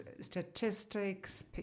statistics